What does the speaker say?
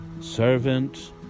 servant